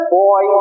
boy